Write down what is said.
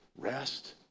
rest